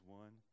one